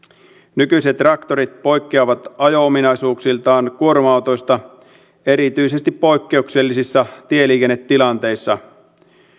nykyiset traktorit poikkeavat ajo ominaisuuksiltaan kuorma autoista erityisesti poikkeuksellisissa tieliikennetilanteissa